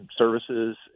services